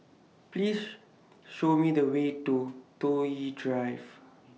Please Show Me The Way to Toh Yi Drive